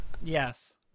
Yes